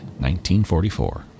1944